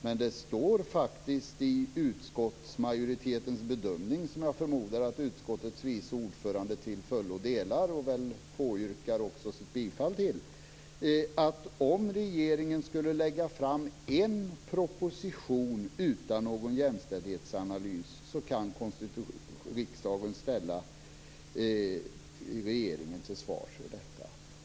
Men det står faktiskt i utskottsmajoritetens bedömning, som jag förmodar att utskottets vice ordförande till fullo delar och väl också påyrkar sitt bifall till, att om regeringen skulle lägga fram en proposition utan någon jämställdhetsanalys så kan riksdagen ställa regeringen till svars för detta.